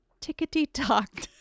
tickety-tock